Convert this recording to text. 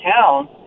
town